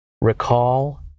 recall